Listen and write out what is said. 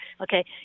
Okay